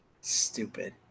Stupid